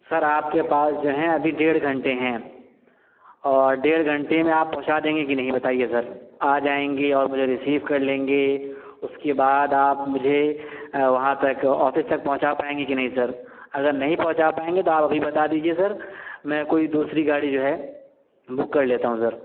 سر آپ کے پاس جو ہیں ابھی ڈیڑھ گھنٹے ہیں اور ڈیڑھ گھنٹے میں آپ پہنچا دیں گے کہ نہیں بتائیے سر آ جائیں گے اور مجھے رسیو کر لیں گے اس کے بعد آپ مجھے وہاں تک آفس تک پہنچا پائیں گے کہ نہیں سر اگر نہیں پہنچا پائیں گے تو آپ ابھی بتا دیجیے سر میں کوئی دوسری گاڑی جو ہے بک کر لیتا ہوں سر